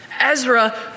Ezra